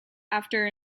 after